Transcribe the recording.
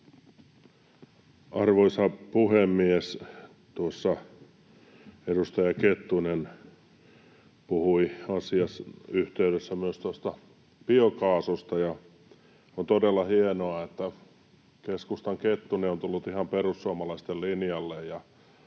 Arvoisa puhemies! Tuossa edustaja Kettunen puhui asian yhteydessä myös biokaasusta. [Tuomas Kettusen välihuuto] On todella hienoa, että keskustan Kettunen on tullut ihan perussuomalaisten linjalle